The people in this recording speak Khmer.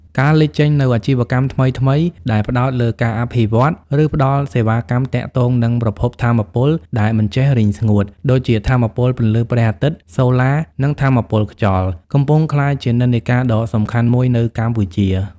ការលេចចេញនូវអាជីវកម្មថ្មីៗដែលផ្ដោតលើការអភិវឌ្ឍ ឬផ្ដល់សេវាកម្មទាក់ទងនឹង ប្រភពថាមពលដែលមិនចេះរីងស្ងួត (ដូចជា ថាមពលពន្លឺព្រះអាទិត្យ (សូឡា) និង ថាមពលខ្យល់) កំពុងក្លាយជានិន្នាការដ៏សំខាន់មួយនៅកម្ពុជា។